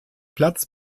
platz